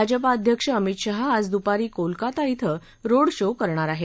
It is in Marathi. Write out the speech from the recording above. भाजपा अध्यक्ष अमित शहा आज दुपारी कोलकता धिं रोड शो करणार आहेत